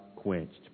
quenched